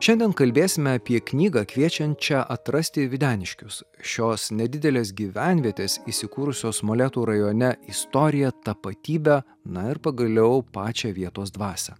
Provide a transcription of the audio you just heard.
šiandien kalbėsime apie knygą kviečiančią atrasti videniškius šios nedidelės gyvenvietės įsikūrusios molėtų rajone istoriją tapatybę na ir pagaliau pačią vietos dvasią